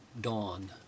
Dawn